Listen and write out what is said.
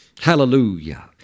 Hallelujah